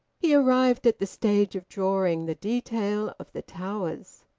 he arrived at the stage of drawing the detail of the towers.